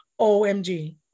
OMG